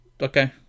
okay